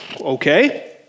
Okay